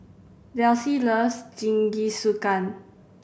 Delsie loves Jingisukan